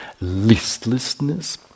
listlessness